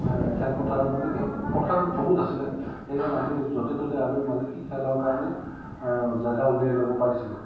খেলপথাৰ মানে কি পথাৰত বহুত আছিলে সেয়ে আমি য'তে ত'তে আমি মানে কি খেলৰ কাৰণে জেগা উলিয়াই ল'ব পাৰিছিলোঁ